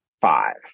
five